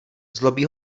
zlobí